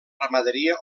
ramaderia